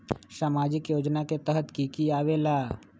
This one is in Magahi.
समाजिक योजना के तहद कि की आवे ला?